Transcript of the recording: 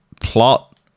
plot